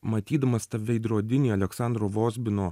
matydamas tą veidrodinį aleksandro vozbino